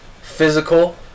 Physical